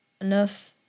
enough